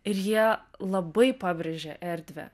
ir jie labai pabrėžė erdvę